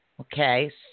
Okay